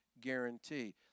guarantee